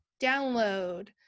download